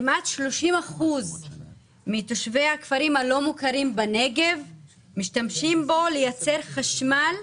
כמעט 30% מתושבי הכפרים הלא מוכרים בנגב משתמשים בו כדי לייצר חשמל.